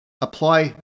apply